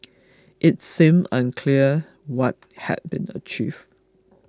it seemed unclear what had been achieved